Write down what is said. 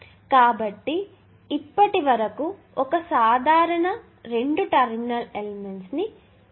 కాబట్టి ఇప్పటి వరకు ఒక సాధారణ రెండు టెర్మినల్ ఎలెమెంట్స్ ని పరిగణించారు